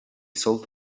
sult